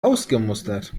ausgemustert